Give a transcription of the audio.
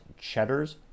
Cheddar's